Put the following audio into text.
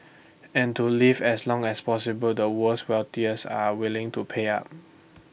and to live as long as possible the world's wealthy are willing to pay up